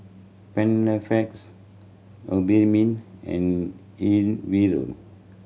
Panaflex Obimin and